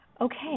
okay